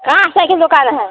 कहाँ सइकिल दुकान है